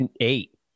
eight